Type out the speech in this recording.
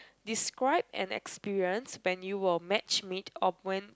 describe an experience when you were match made or went